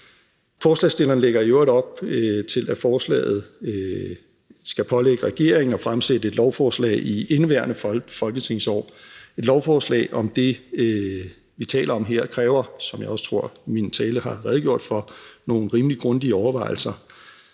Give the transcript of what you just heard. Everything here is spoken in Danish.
Forslagsstillerne lægger i øvrigt op til, at forslaget skal pålægge regeringen at fremsætte et lovforslag i indeværende folketingsår. Et lovforslag om det, vi taler om her, kræver – hvad jeg også tror jeg i min tale har redegjort for – nogle rimelig grundige overvejelser.